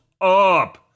up